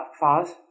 fast